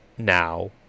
Now